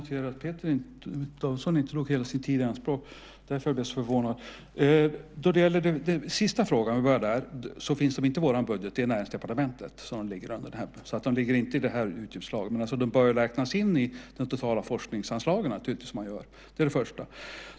Fru talman! Om vi börjar med den sista frågan är det rätt att de inte finns i vår budget. De ligger under Näringsdepartementet och finns därför inte i det här utgiftsslaget. Men de bör naturligtvis räknas in i det totala forskningsanslaget. Det är det första.